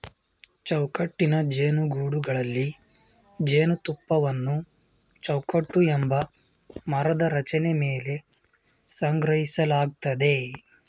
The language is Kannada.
ಚೌಕಟ್ಟಿನ ಜೇನುಗೂಡುಗಳಲ್ಲಿ ಜೇನುತುಪ್ಪವನ್ನು ಚೌಕಟ್ಟು ಎಂಬ ಮರದ ರಚನೆ ಮೇಲೆ ಸಂಗ್ರಹಿಸಲಾಗ್ತದೆ